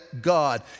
God